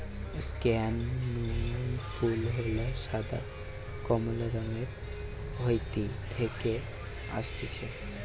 স্কেয়ান ফুল গুলা সাদা, কমলা রঙের হাইতি থেকে অসতিছে